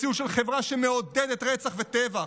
מציאות של חברה שמעודדת רצח וטבח,